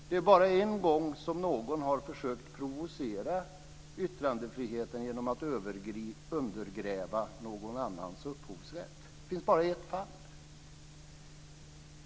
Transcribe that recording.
Det är bara en gång som någon har försökt provocera yttrandefriheten genom att undergräva någon annans upphovsrätt. Fru talman!